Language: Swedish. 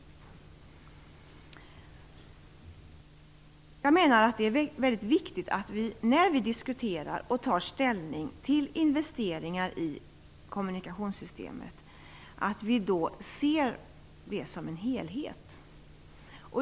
Jag menar att det är mycket viktigt att vi, när vi diskuterar och tar ställning till investeringar i kommunikationssystemet, ser det som en helhet.